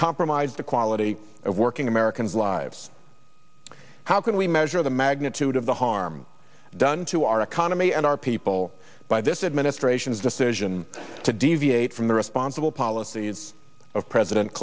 compromised the quality of working americans lives how can we measure the magnitude of the harm done to our economy and our people by this administration's decision to deviate from the responsible policies of president